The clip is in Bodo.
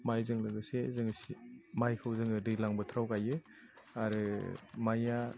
माइजों लोगोसे जों सि माइखौ जोङो दैलां बोथोराव गायो आरो माइया